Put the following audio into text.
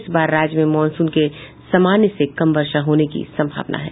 इस बार राज्य में मॉनसून के समान्य से कम वर्षा होने की संभावना है